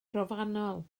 trofannol